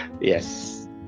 yes